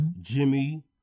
Jimmy